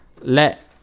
let